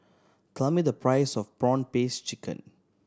tell me the price of prawn paste chicken